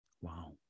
Wow